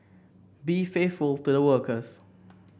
be faithful to the workers